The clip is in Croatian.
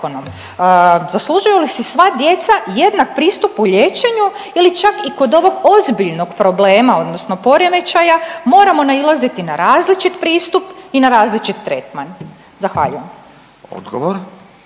Zaslužuju li sva djeca jednak pristup u liječenju ili čak i kod ovog ozbiljnog problema odnosno poremećaja moramo nailaziti na različit pristup i na različit tretman? Zahvaljujem. **Radin,